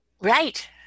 Right